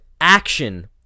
action